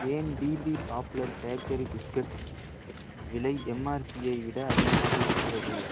ஏன் PP popular bakery biscuit விலை எம்ஆர்பியை விட அதிகமாக இருக்கிறது